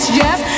yes